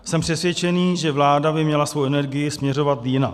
Jsem přesvědčený, že vláda by měla svoji energii směřovat jinam.